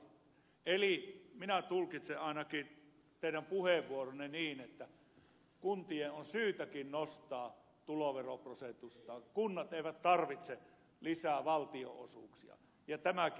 eli minä tulkitsen ainakin teidän puheenvuoronne niin että kuntien on syytäkin nostaa tuloveroprosenttejaan ja kunnat eivät tarvitse lisää valtionosuuksia ja tämäkin esitys on hyvä